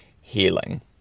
healing